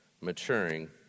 maturing